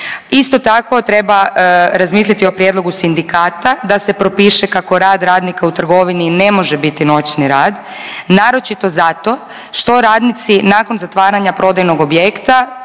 Isto tako treba razmisliti o prijedlogu sindikata da se propiše kako rad radnika u trgovini ne može biti noćni rad, naročito zato što radnici nakon zatvaranja prodajnog objekta